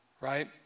right